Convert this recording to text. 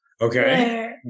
Okay